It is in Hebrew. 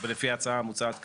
לפי ההצעה המוצעת כאן,